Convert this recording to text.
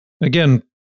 Again